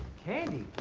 candy!